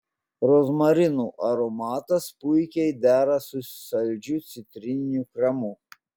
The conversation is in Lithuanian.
rozmarinų aromatas puikiai dera su saldžiu citrininiu kremu